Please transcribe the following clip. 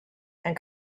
and